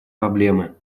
проблемы